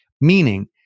Meaning